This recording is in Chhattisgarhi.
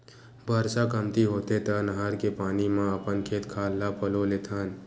बरसा कमती होथे त नहर के पानी म अपन खेत खार ल पलो लेथन